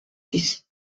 six